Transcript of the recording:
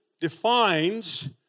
defines